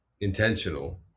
intentional